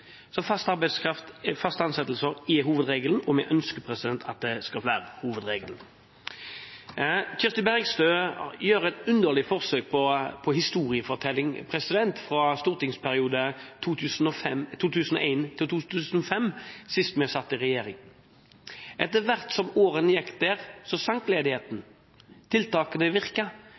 Så fast arbeidskraft og faste ansettelser er hovedregelen, og vi ønsker at det skal være hovedregelen. Kirsti Bergstø gjør et underlig forsøk på historiefortelling fra stortingsperioden 2001–2005, sist vi satt i regjering. Etter hvert som årene gikk der,